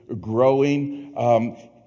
growing